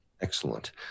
Excellent